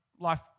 Life